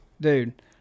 Dude